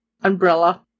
umbrella